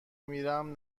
میرم